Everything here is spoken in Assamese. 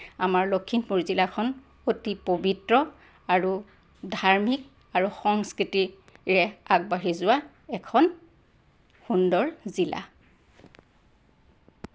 আমাৰ লখিমপুৰ জিলাখন অতি পবিত্ৰ আৰু ধাৰ্মিক আৰু সংস্কৃতিৰে আগবাঢ়ি যোৱা এখন সুন্দৰ জিলা